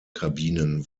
kabinen